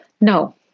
no